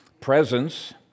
presence